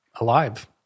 alive